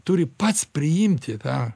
turi pats priimti tą